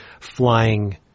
flying